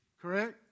Correct